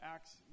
Acts